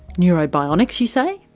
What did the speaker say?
neurobionics you say?